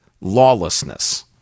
lawlessness